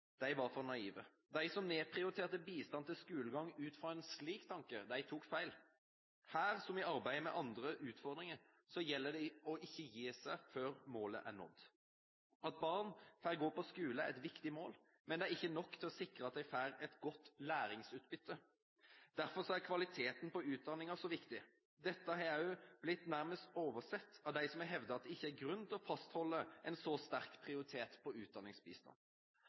var for naive. De som nedprioriterte bistand til skolegang ut ifra en slik tanke, tok feil. Her, som i arbeidet med andre utfordringer, gjelder det ikke å gi seg før målet er nådd. At barn får gå på skole, er et viktig mål, men det er ikke nok til å sikre at de får et godt læringsutbytte. Derfor er kvaliteten på utdanningen så viktig. Dette har også blitt nærmest oversett av dem som har hevdet at det ikke er grunn til å fastholde en så sterk prioritet på utdanningsbistand.